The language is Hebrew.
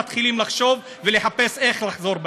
הם מתחילים לחשוב ולחפש איך לחזור בהם,